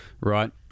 Right